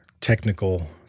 technical